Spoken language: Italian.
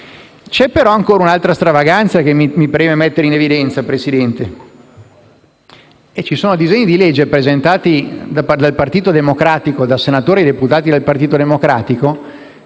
C'è però ancora un'altra stravaganza che mi preme mettere in evidenza, signor Presidente. Ci sono dei disegni di legge presentati da senatori e deputati del Partito Democratico